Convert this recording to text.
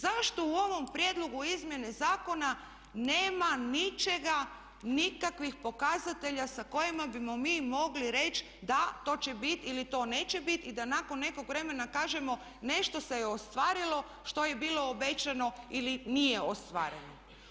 Zašto u ovom prijedlogu izmjene zakona nema ničega, nikakvih pokazatelja sa kojima bismo mi mogli reći da, to će biti ili to neće biti i da nakon nekog vremena kažemo nešto se je ostvarilo što je bilo obećano ili nije ostvareno.